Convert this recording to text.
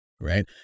right